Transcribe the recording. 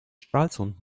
stralsund